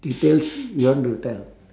details you want to tell